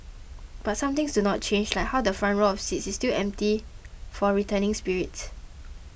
but some things do not change like how the front row of seats is still empty for returning spirits